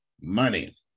Money